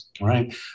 Right